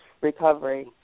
recovery